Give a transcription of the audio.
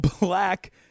black